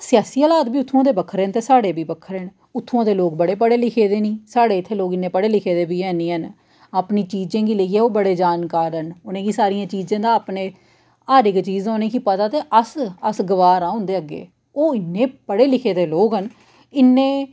हां सियासी आह्ले आदमी उत्थूं दे बक्खरे साढ़े बी बक्खरे न उत्थुआं दे लोग बड़े पढ़े लिखे दे न साढ़े इत्थुआं दे लोग इन्ने पढ़े लिखे दे नेईं हैन अपनी चीजें गी लेइयै ओह् बड़े जानकार न उ'नें गी सारियें चीजे दा अपनी हर इक चीजै दा उ'नें गी पता ऐ ते अस गवार आं उं'दे अग्गें ओह् इन्ने पढ़े लिखे दे लोक न